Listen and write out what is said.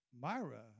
Myra